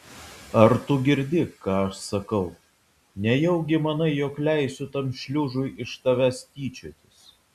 ar tu girdi ką aš sakau nejaugi manai jog leisiu tam šliužui iš tavęs tyčiotis